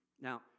Now